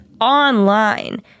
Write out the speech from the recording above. online